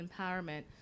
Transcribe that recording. empowerment